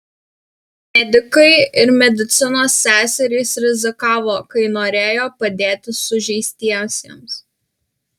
medikai ir medicinos seserys rizikavo kai norėjo padėti sužeistiesiems